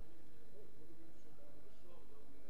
רבותי השרים, יש לנו פה ריבוי